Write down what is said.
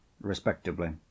respectively